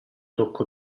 tocco